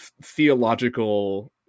theological